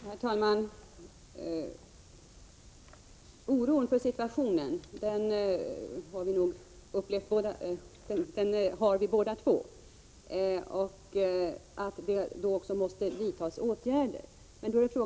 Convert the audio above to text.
Herr talman! Vi känner tydligen båda två oro över situationen. Åtgärder måste alltså snabbt vidtas. Men frågan är vilken typ av åtgärder det är som behövs.